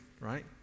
right